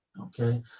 Okay